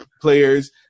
players